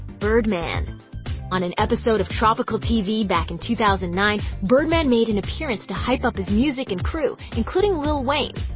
birdman on an episode of tropical tv back in two thousand and nine, birdman made an appearance to hype up his music and crew, including lil' wayne.